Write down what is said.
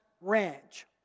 ranch